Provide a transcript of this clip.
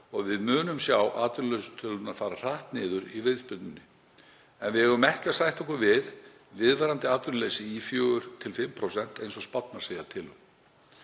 og við munum sjá atvinnuleysistölurnar fara hratt niður í viðspyrnunni en við eigum ekki að sætta okkur við viðvarandi atvinnuleysi í 4–5% eins og spárnar segja til um.